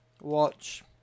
watch